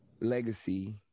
legacy